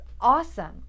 awesome